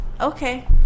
Okay